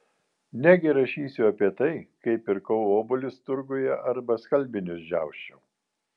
negi rašysiu apie tai kaip pirkau obuolius turguje arba skalbinius džiausčiau